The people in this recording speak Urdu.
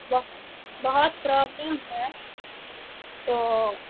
بہت پروبلم ہے تو